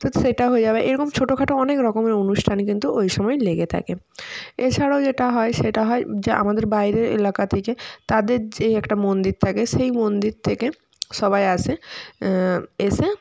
তো সেইটা হয়ে যাবে এই রকম ছোটোখাটো অনেক রকমের অনুষ্ঠান কিন্তু ওই সময়ে লেগে থাকে এছাড়াও যেটা হয় সেটা হয় যে আমাদের বাইরের এলাকা থেকে তাদের যে একটা মন্দির থাকে সেই মন্দির থেকে সবাই আসে এসে